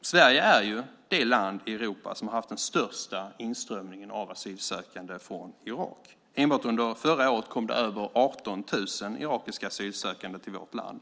Sverige är det land i Europa som haft den största inströmningen av asylsökande från Irak. Enbart under förra året kom över 18 000 irakiska asylsökande till vårt land.